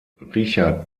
richard